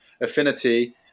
Affinity